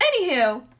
Anywho